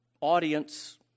audience